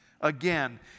Again